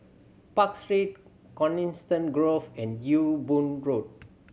Park Street Coniston Grove and Ewe Boon Road